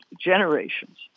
generations